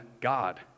God